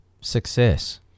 success